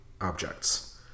objects